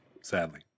Sadly